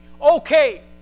okay